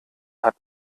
hat